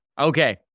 okay